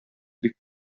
бик